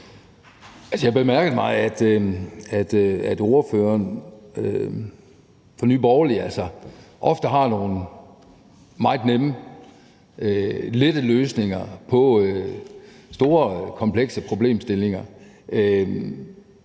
Jeg bemærker, at ordføreren fra Nye Borgerlige ofte har nogle meget nemme, lette løsninger på store, komplekse problemstillinger.